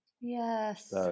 Yes